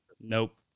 nope